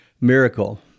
miracle